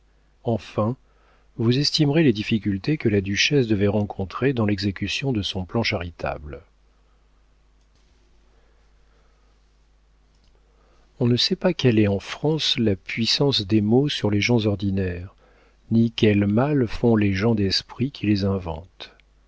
enfin vous estimerez les difficultés que la duchesse devait rencontrer dans l'exécution de son plan charitable on ne sait pas quelle est en france la puissance des mots sur les gens ordinaires ni quel mal font les gens d'esprit qui les inventent